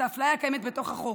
את האפליה הקיימת בתוך החוק.